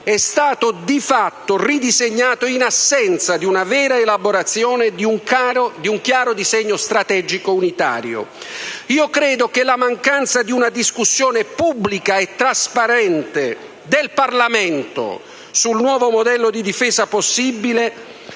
è stato di fatto ridisegnato in assenza di una vera elaborazione di un chiaro disegno strategico unitario. Credo che la mancanza di una discussione pubblica e trasparente del Parlamento sul nuovo modello di difesa possibile